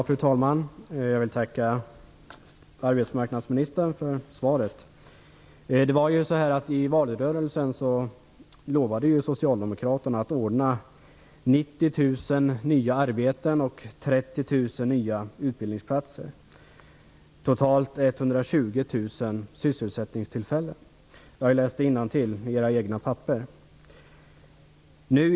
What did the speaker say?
Fru talman! Jag vill tacka arbetsmarknadsministern för svaret. I valrörelsen lovade ju Socialdemokraterna att ordna 90 000 nya arbeten och 30 000 nya utbildningsplatser - totalt 120 000 sysselsättningstillfällen. Jag har läst innantill i era egna papper.